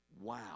wow